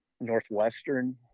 Northwestern